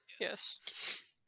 Yes